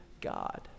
God